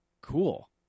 cool